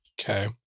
Okay